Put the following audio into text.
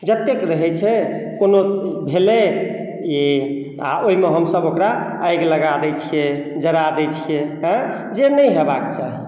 जतेक रहैत छै कोनो भेलै ई आ ओहिमे हमसभ ओकरा आगि लगा दैत छियै जड़ा दैत छियै आँय जे नहि हेबाक चाही